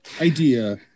idea